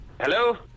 Hello